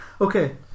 Okay